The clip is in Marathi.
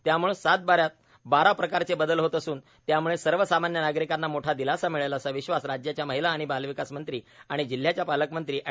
त्याम्ळे सातबा यात बारा प्रकारचे बदल होत असून त्यामुळे सर्वसामान्य नागरिकांना मोठा दिलासा मिळेल असा विश्वास राज्याच्या महिला आणि बालविकास मंत्री आणि अमरावती जिल्ह्याच्या पालकमंत्री एड